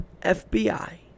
FBI